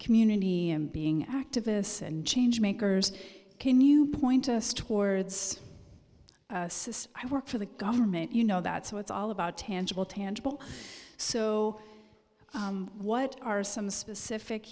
community and being activists and change makers can you point us towards says i work for the government you know that so it's all about tangible tangible so what are some specific